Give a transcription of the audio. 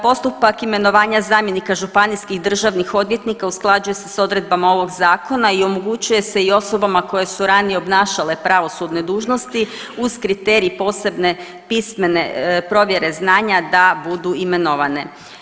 Postupak imenovanja zamjenika županijskih državnih odvjetnika usklađuje se s odredbama ovog zakona i omogućuje se i osobama koje su ranije obnašale pravosudne dužnosti uz kriterij posebne pismene provjere znanja da budu imenovane.